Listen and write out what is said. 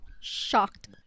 Shocked